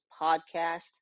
podcast